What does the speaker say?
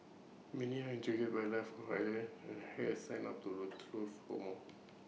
many are intrigued by life on the island and have signed up tours to for more